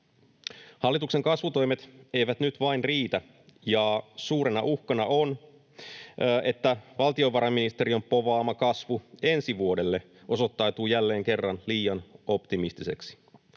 Hallituksen kasvutoimet eivät nyt vain riitä, ja suurena uhkana on, että valtiovarainministeriön povaama kasvu ensi vuodelle osoittautuu jälleen kerran liian optimistiseksi.